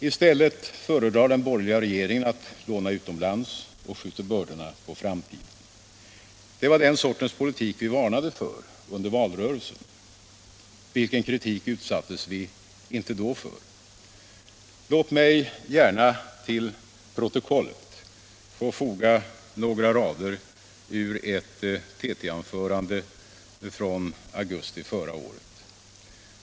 I stället föredrar den borgerliga regeringen att låna utomlands och skju ter bördorna på framtiden. Det var den sortens politik vi varnade för under valrörelsen. Vilken kritik utsattes vi inte då för! Låt mig gärna till protokollet få foga några rader ur ett TT-anförande från augusti förra året.